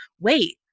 wait